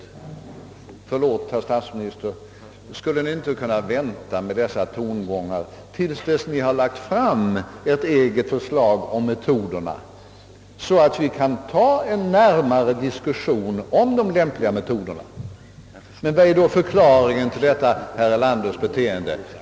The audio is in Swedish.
Förlåt, herr statsminister, men skulle Ni inte kunna vänta med dessa tongångar tills Ni lagt fram ett eget förslag om metoderna, så att vi kan föra en närmare diskussion om de lämpliga åtgärderna? Vilken är då förklaringen till detta herr Erlanders beteende?